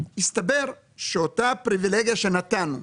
הסתבר שאותה פריבילגיה שנתנו,